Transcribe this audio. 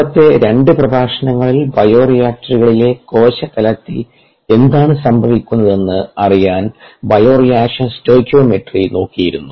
മുമ്പത്തെ 2 പ്രഭാഷണങ്ങളിൽ ബയോറിയാക്ടറുകളിലെ കോശ തലത്തിൽ എന്താണ് സംഭവിക്കുന്നതെന്ന് അറിയാൻ ബയോറിയാക്ഷൻ സ്റ്റോകിയോമെട്രി നോക്കിയിരുന്നു